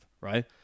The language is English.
right